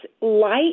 light